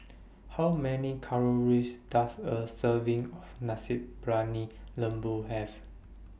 How Many Calories Does A Serving of Nasi Briyani Lembu Have